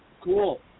Cool